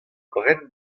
bren